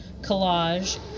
collage